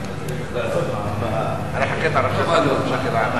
חלק אמרו שהם מוכנים להכשיר יועצים חינוכיים